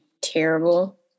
terrible